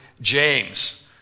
James